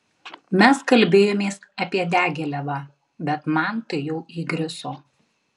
mes kalbėjomės apie diagilevą bet man tai jau įgriso